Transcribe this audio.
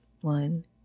one